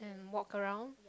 then walk around